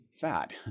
fat